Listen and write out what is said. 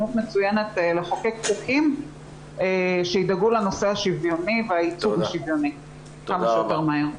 לחוקק חוקים שידאגו לנושא השוויוני והייצוג השוויוני כמה שיותר מהר.